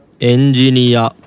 Engineer